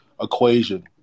equation